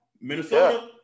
Minnesota